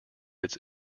its